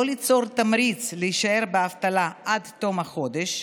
ליצור תמריץ להישאר באבטלה עד תום החודש,